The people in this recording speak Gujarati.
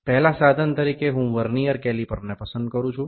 પહેલા સાધન તરીકે હું વર્નિયર કેલીપર ને પસંદ કરું છું